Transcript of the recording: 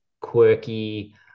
quirky